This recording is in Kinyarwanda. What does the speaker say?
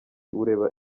ureba